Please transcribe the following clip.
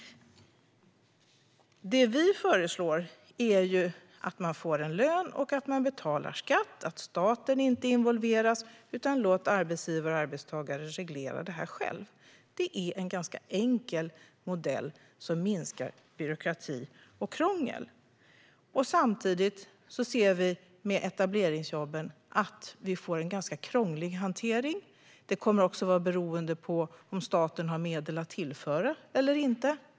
Det vi föreslår är att människor får en lön och betalar skatt. Staten involveras inte, utan man ska låta arbetsgivare och arbetstagare reglera detta själva. Det är en ganska enkel modell som minskar byråkrati och krångel. Samtidigt ser vi att man med etableringsjobben skulle få en ganska krånglig hantering. Det kommer också att vara beroende av om staten har medel att tillföra eller inte.